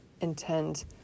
intend